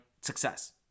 success